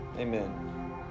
Amen